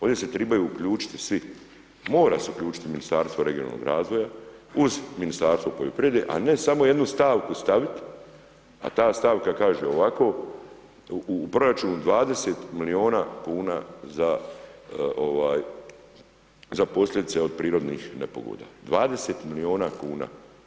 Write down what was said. Ovdje se trebaju uključiti svi. mora se uključiti Ministarstvo regionalnog razvoja uz Ministarstvo poljoprivrede a ne samo jednu stavku stavit a ta stavka kaže ovako, u proračunu 20 milijuna kuna za posljedice od prirodnih nepogoda, 20 milijuna kuna.